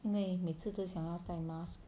因为每次都想要带 mask